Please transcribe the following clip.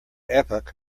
epoch